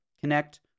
connect